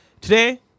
today